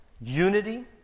unity